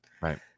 Right